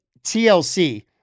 TLC